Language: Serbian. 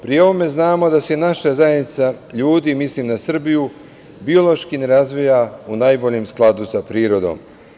Pri ovome znamo da se i naša zajednica ljudi, mislim na Srbiju, biološki ne razvija u najboljem skladu sa prirodom.